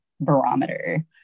barometer